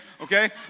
Okay